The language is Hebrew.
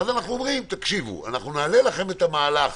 אנחנו אומרים: אנחנו נאפשר לכם את המהלך